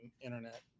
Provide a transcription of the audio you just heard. internet